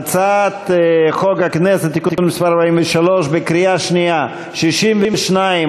הצעת חוק הכנסת (תיקון מס' 43) בקריאה שנייה: 62,